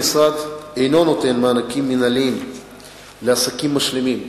המשרד אינו נותן מענקים מינהליים לעסקים משלימים